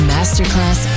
Masterclass